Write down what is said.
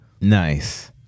nice